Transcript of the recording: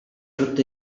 truth